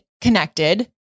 connected